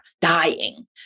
dying